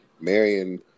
Marion